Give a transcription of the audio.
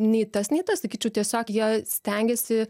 nei tas nei tas sakyčiau tiesiog jie stengiasi